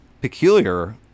peculiar